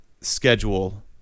schedule